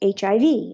HIV